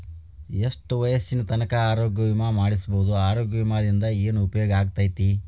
ಎಷ್ಟ ವಯಸ್ಸಿನ ತನಕ ಆರೋಗ್ಯ ವಿಮಾ ಮಾಡಸಬಹುದು ಆರೋಗ್ಯ ವಿಮಾದಿಂದ ಏನು ಉಪಯೋಗ ಆಗತೈತ್ರಿ?